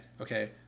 okay